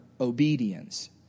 obedience